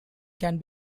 can